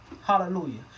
hallelujah